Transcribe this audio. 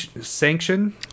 Sanction